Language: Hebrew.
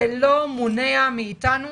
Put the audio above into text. זה לא מונע מאיתנו